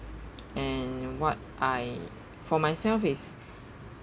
and what I for myself it's